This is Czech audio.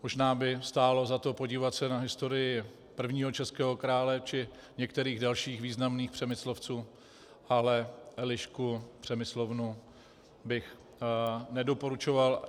Možná by stálo za to se podívat na historii prvního českého krále či některých dalších významných Přemyslovců, ale Elišku Přemyslovnu bych nedoporučoval.